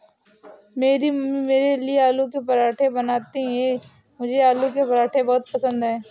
मेरी मम्मी मेरे लिए आलू के पराठे बनाती हैं मुझे आलू के पराठे बहुत पसंद है